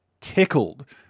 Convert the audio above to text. tickled